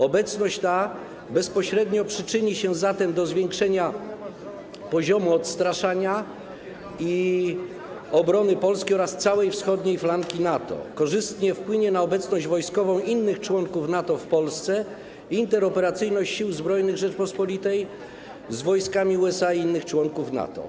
Obecność ta bezpośrednio przyczyni się zatem do zwiększenia poziomu odstraszania i poziomu obrony Polski oraz całej wschodniej flanki NATO, korzystnie wpłynie na obecność wojskową innych członków NATO w Polsce i interoperacyjność Sił Zbrojnych Rzeczypospolitej z wojskami USA i innych członków NATO.